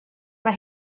mae